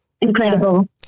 incredible